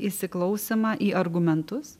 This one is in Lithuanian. įsiklausymą į argumentus